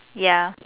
ya